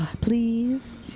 Please